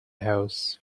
house